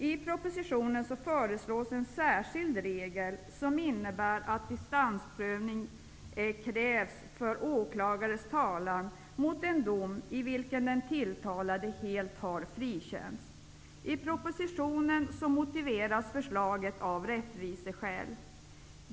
I propositionen föreslås en särskild regel som innebär att dispensprövning krävs för åklagarens talan mot en dom i vilken den tilltalade helt har frikänts. I propositionen motiveras förslaget med rättviseskäl.